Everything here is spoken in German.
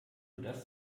das